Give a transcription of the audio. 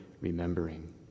remembering